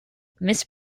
miss